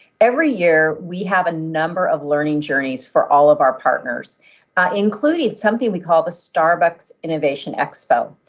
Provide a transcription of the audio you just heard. every year, we have a number of learning journeys for all of our partners including something we call the starbucks innovation expo.